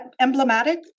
emblematic